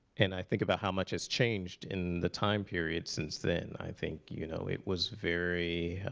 and i think about how much has changed in the time period since then. i think, you know, it was very